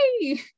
Yay